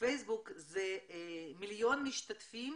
זה 1,000,000 משתתפים